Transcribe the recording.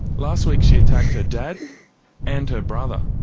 last week she attacked her dad and her brother.